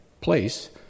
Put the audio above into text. place